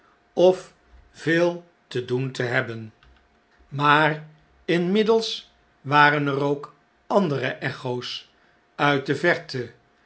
veel te doen te hebben maar inmiddels waren er ook andere echo's uit de verte